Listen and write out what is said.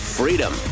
freedom